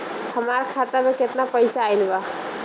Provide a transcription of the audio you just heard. हमार खाता मे केतना पईसा आइल बा?